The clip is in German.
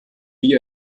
wie